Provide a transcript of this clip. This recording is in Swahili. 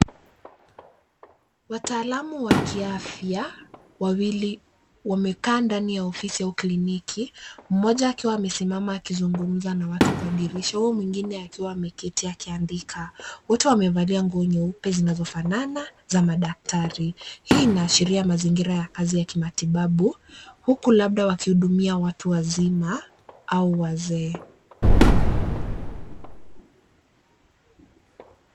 Wataalamu wa kiafya wawili wamekaa ndani ya ofisi au kliniki, moja akiwa amesimama akizungumza na watu kwa dirisha, huyo mwingine akiwa ameketi akiandika. Wote wamevalia nguo nyeupe zinazofanana za madaktari. Hii inaashria mazingira ya kazi ya kimatibabu huku labda wakihudumia watu wazima au wazee.